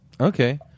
Okay